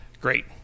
Great